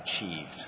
achieved